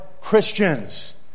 Christians